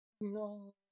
No